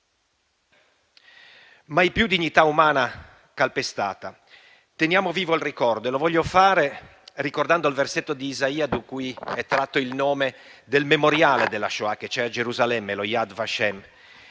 mai più dignità umana calpestata. Teniamo vivo il ricordo e voglio farlo ricordando il versetto di Isaia da cui è tratto il nome del memoriale della Shoah che c'è a Gerusalemme, lo Yad Vashem,